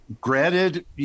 Granted